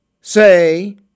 say